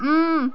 اۭں